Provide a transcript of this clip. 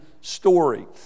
story